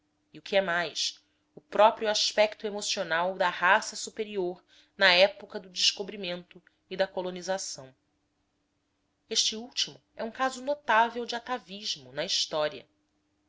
e o que é mais o próprio aspecto emocional da raça superior na época do descobrimento e da colonização este último é um caso notável de atavismo na história